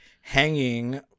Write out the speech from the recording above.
hanging